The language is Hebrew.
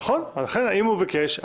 נכון, הוא ביקש.